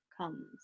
comes